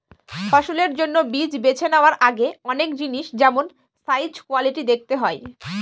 ফসলের জন্য বীজ বেছে নেওয়ার আগে অনেক জিনিস যেমল সাইজ, কোয়ালিটি দেখতে হয়